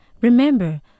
remember